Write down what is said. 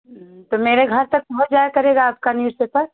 हम्म तो मेरे घर तक पोहौंच जाया करेगा आपका न्यूजपेपर